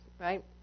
right